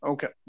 Okay